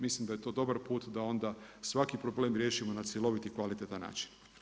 Mislim da je to dobar put da onda svaki problem riješimo na cjelovit i kvalitetan način.